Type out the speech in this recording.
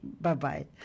bye-bye